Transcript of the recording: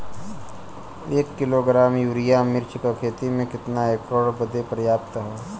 एक kilogram urea मिर्च क खेती में कितना एकड़ बदे पर्याप्त ह?